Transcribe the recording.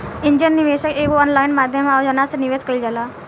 angel निवेशक एगो online माध्यम ह जवना से निवेश कईल जाला